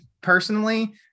personally